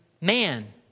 man